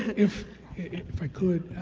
if if i could,